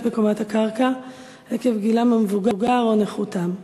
בקומת הקרקע עקב גילם המבוגר או נכותם.